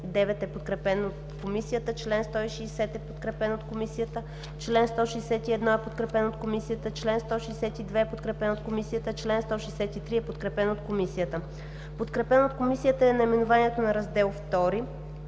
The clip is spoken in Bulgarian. Подкрепено от Комисията е наименованието на Раздел